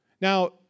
Now